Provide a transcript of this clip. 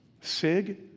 Sig